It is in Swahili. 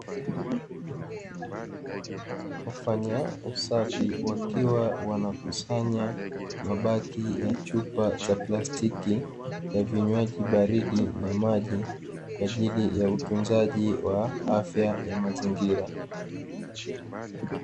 Wafanya usafi wakiwa wanakusanya mabaki ya chupa za plastiki za vinywaji baridi vya maji kwa ajili ya utunzaji wa afya ya mazingira.